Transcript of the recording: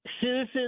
Citizens